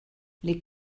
les